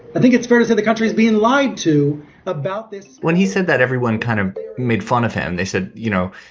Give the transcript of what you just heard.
i think it's fair to say the country is being lied to about this. when he said that, everyone kind of made fun of him they said, you know,